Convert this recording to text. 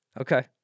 Okay